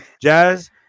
Jazz